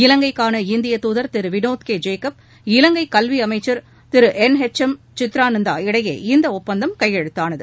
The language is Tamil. இலங்கைக்கான் இந்திய துதர் திரு வினோத் கே ஜேக்கப் இலங்கை கல்வி அமைச்சர் Thiru N H M Chitrananda இடையே இந்த ஒப்பந்தம் கையெழுத்தானது